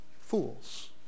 fools